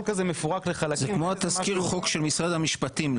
מפורק לחלקים -- זה כמו התזכיר חוק של משרד המשפטים,